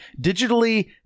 Digitally